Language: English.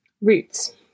roots